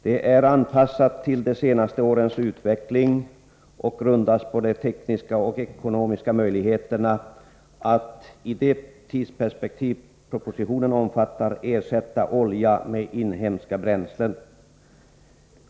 Det är anpassat till de senaste årens utveckling och grundas på de tekniska och ekonomiska möjligheterna att, i det tidsperspektiv propositionen omfattar, ersätta olja med inhemska bränslen.